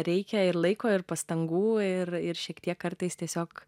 reikia ir laiko ir pastangų ir ir šiek tiek kartais tiesiog